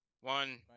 One